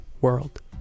world